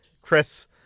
Chris